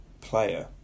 player